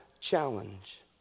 challenge